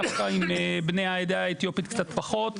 דווקא עם בני העדה האתיופית קצת פחות.